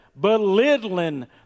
belittling